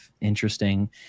interesting